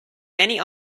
many